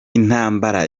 intambara